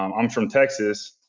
i'm um from texas.